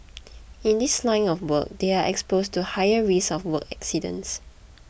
in this line of work they are exposed to higher risk of work accidents